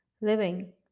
living